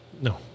No